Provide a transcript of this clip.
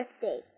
birthday